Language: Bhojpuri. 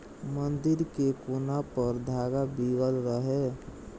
मंदिर के कोना पर धागा बीगल रहे